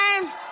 time